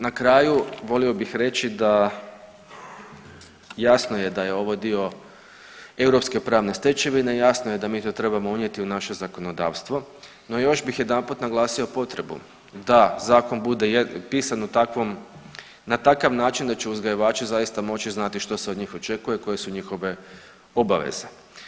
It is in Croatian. Na kraju, volio bih reći da, jasno je da je ovo dio europske pravne stečevine, jasno je da mi to trebamo unijeti u naše zakonodavstvo, no još bih jedanput naglasio potrebu da Zakon bude pisan u takvom, na takav način da će uzgajivači zaista moći znati što se od njih očekuje i koje su njihove obaveze.